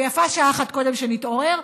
ויפה שעת אחת קודם שנתעורר,